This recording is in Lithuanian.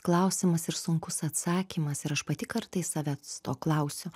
klausimas ir sunkus atsakymas ir aš pati kartais savęs to klausiu